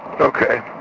Okay